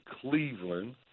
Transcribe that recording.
Cleveland